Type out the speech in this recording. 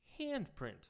handprint